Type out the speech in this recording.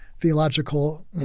theological